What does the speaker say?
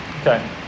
Okay